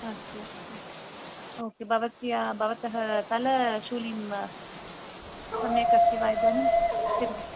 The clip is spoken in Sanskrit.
अस्तु अस्तु ओ के भवत्याः भवतः तलशूलिं सम्यगस्ति वा इदानीम् एवं